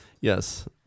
Yes